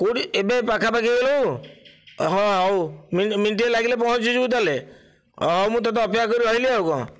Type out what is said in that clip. କେଉଁଠି ଏବେ ପାଖାପାଖି ହୋଇଗଲୁଣୁ ହଁ ହେଉ ମିନିଟିଏ ଲାଗିଲେ ପହଞ୍ଚିଯିବୁ ତାହେଲେ ହଁ ହେଉ ମୁଁ ତୋତେ ଅପେକ୍ଷା କରି ରହିଲି ଆଉ କଣ